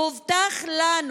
הובטח לנו